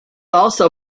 also